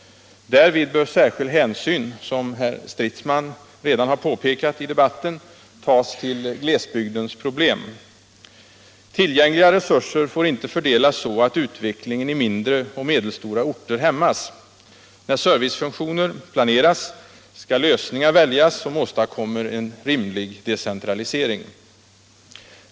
Därvid bör särskild hänsyn, som herr Stridsman redan påpekat i debatten, tas till glesbygdens problem. Tillgängliga resurser får inte fördelas så att utvecklingen i mindre och medelstora orter hämmas. När servicefunktioner planeras skall lösningar väljas som åstadkommer en rimlig decentralisering.